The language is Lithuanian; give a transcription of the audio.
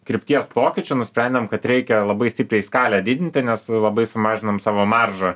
krypties pokyčių nusprendėm kad reikia labai stipriai skalę didinti nes labai sumažinom savo maržą